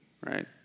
right